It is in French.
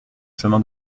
chemin